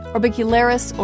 Orbicularis